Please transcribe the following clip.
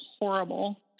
horrible